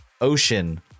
ocean